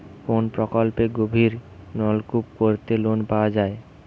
কোন প্রকল্পে গভির নলকুপ করতে লোন পাওয়া য়ায়?